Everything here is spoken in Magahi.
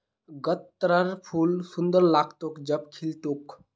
गत्त्रर फूल सुंदर लाग्तोक जब खिल तोक